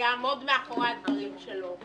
שיעמוד מאחורי הדברים שלו.